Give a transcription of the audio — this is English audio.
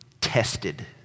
tested